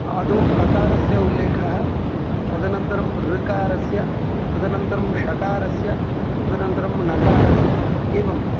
आदौ ककारस्य उल्लेखः तदनन्तरं ऋकारस्य तदनन्तरं षकारस्य तदनन्तरं णकारस्य एवं